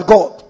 God